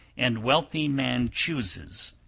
and wealthy man chooses,